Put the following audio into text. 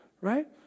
right